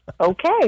Okay